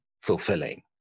fulfilling